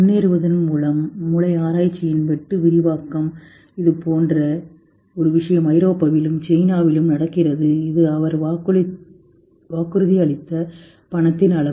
முன்னேறுவதன் மூலம் மூளை ஆராய்ச்சியின் வெட்டு விரிவாக்கம் இதேபோன்ற ஒரு விஷயம் ஐரோப்பாவில் சீனாவிலும் நடக்கிறது இது அவர் வாக்குறுதியளித்த பணத்தின் அளவு